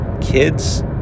kids